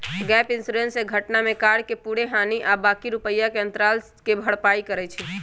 gap insurance से घटना में कार के पूरे हानि आ बाँकी रुपैया के अंतराल के भरपाई करइ छै